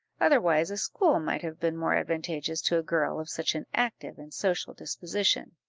otherwise a school might have been more advantageous to a girl of such an active and social disposition